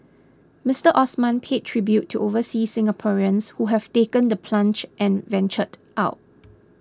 Mister Osman paid tribute to overseas Singaporeans who have taken the plunge and ventured out